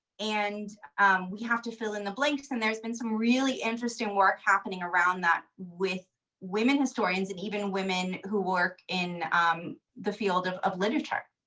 and we have to fill in the blanks. and there's been some really interesting work happening around that with women historians and even women who work in the field of of literature?